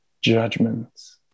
judgments